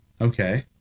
Okay